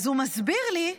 ואז הוא מסביר לי,